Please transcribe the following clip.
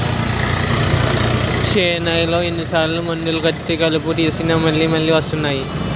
చేన్లో ఎన్ని సార్లు మందులు కొట్టి కలుపు తీసినా మళ్ళి మళ్ళి వస్తున్నాయి